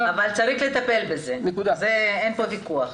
אבל צריך לטפל בזה, אין פה ויכוח.